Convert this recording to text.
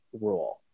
rule